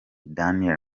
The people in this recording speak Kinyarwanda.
daniels